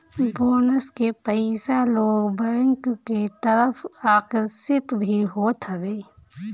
bonus के पईसा से लोग बैंक के तरफ आकर्षित भी होत हवे